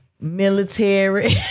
Military